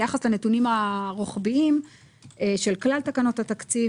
ביחס לנתונים הרוחביים של כלל תקנות התקציב,